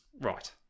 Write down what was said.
Right